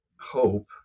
hope